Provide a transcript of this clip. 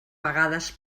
vegades